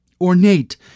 ornate